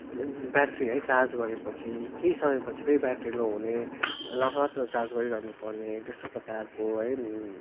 battery है charge गरेपछि केही समयपछि फेरि ब्याट्री लो हुने लगातार चार्ज गरिरहनुपर्ने त्यस्तो प्रकारको है